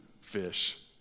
fish